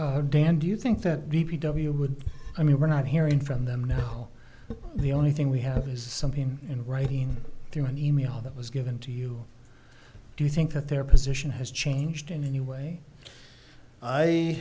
now dan do you think that d p w would i mean we're not hearing from them now the only thing we have is something in writing through an e mail that was given to you do you think that their position has changed in any way i